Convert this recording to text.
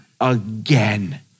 again